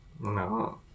No